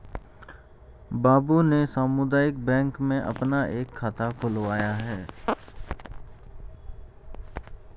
बाबू ने सामुदायिक बैंक में अपना एक खाता खुलवाया है